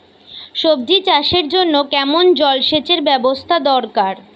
সবজি চাষের জন্য কেমন জলসেচের ব্যাবস্থা দরকার?